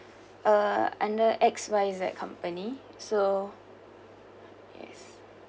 uh under X Y Z company so yes